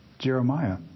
Jeremiah